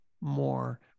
more